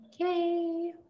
Okay